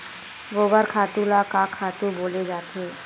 गोबर खातु ल का खातु बोले जाथे?